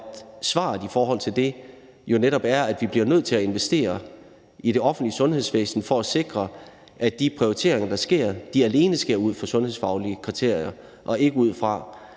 svaret i forhold til det er jo netop, at vi bliver nødt til at investere i det offentlige sundhedsvæsen for at sikre, at de prioriteringer, der sker, alene sker ud fra sundhedsfaglige kriterier og ikke ud fra,